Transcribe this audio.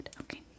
okay